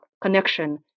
connection